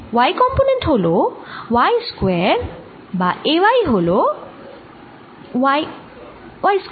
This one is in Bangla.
y কম্পোনেন্ট হল y স্কয়ার বা A y হল y স্কয়ার